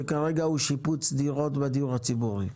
שכרגע הוא שיפוץ דירות בדיור הציבורי.